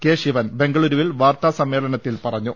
K Sivan ബംഗളൂരുവിൽ വാർത്താസമ്മേളനത്തിൽ പ്രറഞ്ഞു